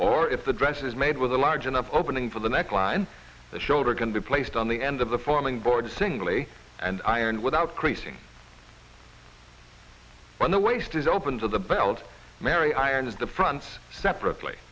or if the dress is made with a large enough opening for the neckline the shoulder can be placed on the end of the forming board singly and iron without creasing when the waist is open to the belt mary irons the fronts separately